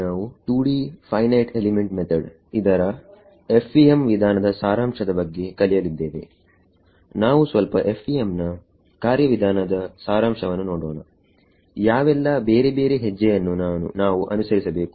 ನಾವು ಸ್ವಲ್ಪ FEMನ ಕಾರ್ಯ ವಿಧಾನದ ಸಾರಾಂಶವನ್ನು ನೋಡೋಣ ಯಾವೆಲ್ಲಾ ಬೇರೆ ಬೇರೆ ಹೆಜ್ಜೆಯನ್ನು ನಾವು ಅನುಸರಿಸಬೇಕು